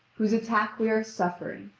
whose attack we are suffering,